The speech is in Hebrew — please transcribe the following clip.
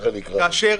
כאשר